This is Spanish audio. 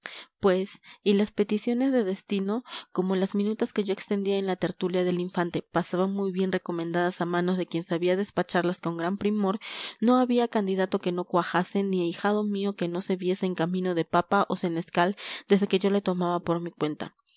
pues y las peticiones de destinos como las minutas que yo extendía en la tertulia del infante pasaban muy bien recomendadas a manos de quien sabía despacharlas con gran primor no había candidato que no cuajase ni ahijado mío que no se viese en camino de papa o senescal desde que yo le tomaba por mi cuenta